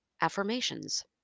Affirmations